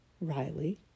Riley